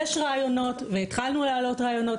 יש רעיונות והתחלנו לעלות רעיונות,